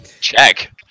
Check